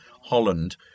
Holland